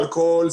אלכוהול,